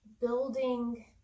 building